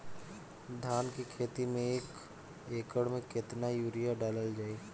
धान के खेती में एक एकड़ में केतना यूरिया डालल जाई?